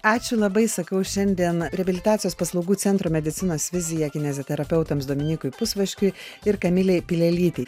ačiū labai sakau šiandien reabilitacijos paslaugų centro medicinos vizija kineziterapeutams dominykui pusvaškiui ir kamilei pilelytei